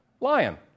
Lion